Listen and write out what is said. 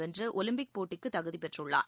வென்றுஒலிம்பிக் போட்டிக்குதகுதிபெற்றுள்ளார்